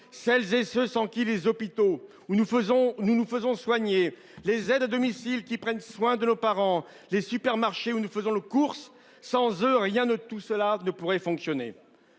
eux, qu’en serait il des hôpitaux où nous nous faisons soigner, des aides à domicile qui prennent soin de nos parents, des supermarchés où nous faisons nos courses ? Rien de tout cela ne pourrait fonctionner